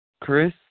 Chris